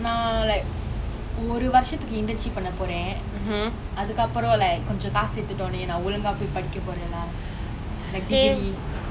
நான்: naan like ஒரு வருஷத்துக்கு:oru varushatukku internship பண்ண போறேன் அதுக்கு அப்புறம்: panna poren athuku appurom like கொஞ்சம் காசு சேத்துடோனே நான் ஒலுங்கா போய் படிக்க போறேன்:konjam kaasu sethutonae naan olunga poi padikka poren lah like degree